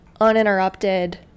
uninterrupted